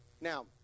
now